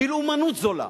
בלאומנות זולה.